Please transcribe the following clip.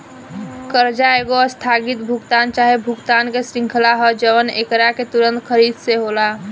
कर्जा एगो आस्थगित भुगतान चाहे भुगतान के श्रृंखला ह जवन एकरा के तुंरत खरीद से होला